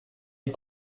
les